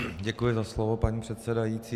Děkuji za slovo, paní předsedající.